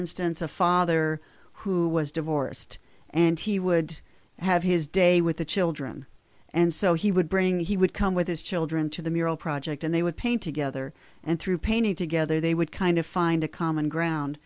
instance a father who was divorced and he would have his day with the children and so he would bring he would come with his children to the mural project and they would paint together and through painting together they would kind of find a common ground